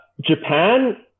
japan